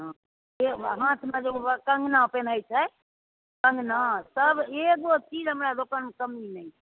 हँ हाथमे जे ओ कङ्गना पैहनै छै कङ्गना सब एगो चीज हमरा दोकानमे कम नहि